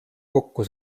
kokku